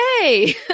hey